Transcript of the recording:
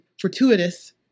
fortuitous